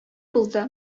булды